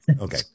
okay